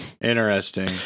Interesting